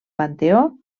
panteó